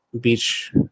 Beach